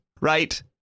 right